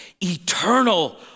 eternal